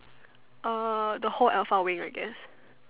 uh the whole alpha wing I guess